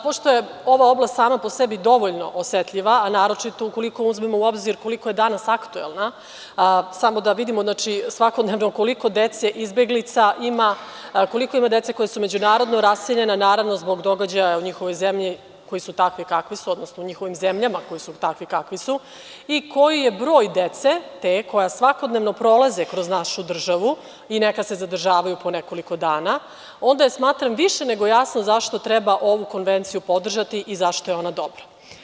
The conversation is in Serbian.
Pošto je ova oblast sama po sebi dovoljno osetljiva, a naročito ukoliko uzmemo u obzir koliko je danas aktuelna, samo da vidimo svakodnevno koliko dece, izbeglica ima, koliko ima dece koja su međunarodno raseljena, naravno, zbog događaja u njihovoj zemlji, koji su takvi kakvi su, odnosno u njihovim zemljama, koji su takvi kakvi su i koji je broj te dece koja svakodnevno prolaze kroz našu državu i neka se zadržavaju po nekoliko dana, onda smatram da je više nego jasno zašto treba ovu Konvenciju podržati i zašto je ona dobra.